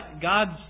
God's